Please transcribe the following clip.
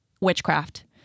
witchcraft